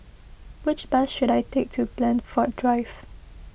which bus should I take to Blandford Drive